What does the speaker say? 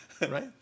right